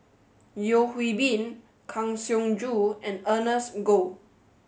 Yeo Hwee Bin Kang Siong Joo and Ernest Goh